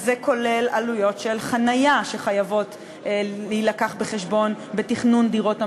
וזה כולל עלויות של חניה שחייבות לבוא בחשבון בתכנון דירות המגורים,